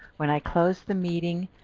when i close the meeting,